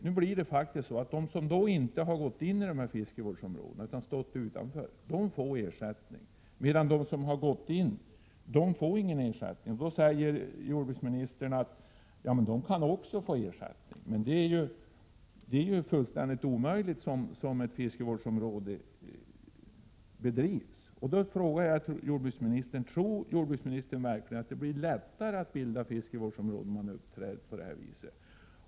Nu blir det faktiskt så, att de som inte har gått in i fiskevårdsområdena utan stått utanför får ersättning, medan de som har gått in inte får någon ersättning alls. Då säger jordbruksministern: De kan ju också få ersättning. Men det är ju fullständigt omöjligt, så som ett fiskevårdsområde bedrivs. Jag frågar därför jordbruksministern: Tror jordbruksministern verkligen att det blir lättare att bilda fiskevårdsområden om man uppträder på det här viset?